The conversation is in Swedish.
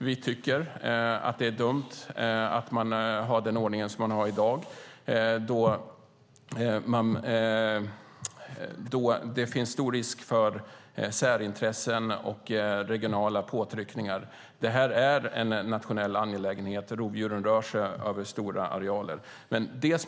Vi tycker att det är dumt att man har den ordningen som man har i dag då det finns stor risk för särintressen och regionala påtryckningar. Det här är en nationell angelägenhet - rovdjuren rör sig över stora arealer.